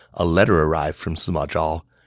a letter arrived from sima zhao.